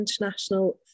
international